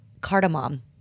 Cardamom